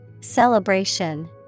Celebration